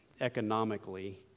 economically